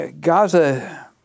Gaza